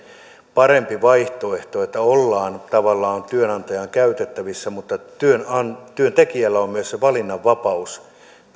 parempi vaihtoehto ollaan tavallaan työnantajan käytettävissä mutta työntekijällä on myös se valinnanvapaus